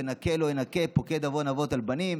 "ונקה לא ינקה פוקד עוֹן אבות על בנים".